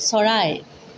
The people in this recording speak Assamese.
চৰাই